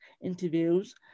interviews